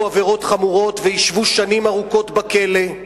עבירות חמורות וישבו שנים ארוכות בכלא,